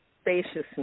spaciousness